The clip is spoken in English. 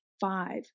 Five